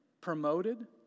promoted